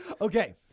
Okay